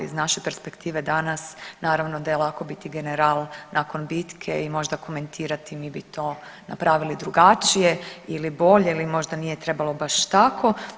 Iz naše perspektive danas naravno da je lako biti general nakon bitke i možda komentirati mi bi to napravili drugačije ili bolje ili možda nije trebalo baš tako.